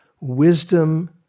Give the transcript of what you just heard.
wisdom